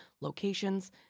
locations